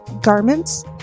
garments